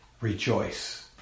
rejoice